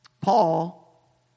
Paul